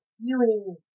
feeling